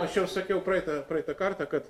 aš jau sakiau praeitą praeitą kartą kad